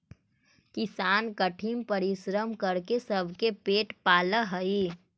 किसान कठिन परिश्रम करके सबके पेट पालऽ हइ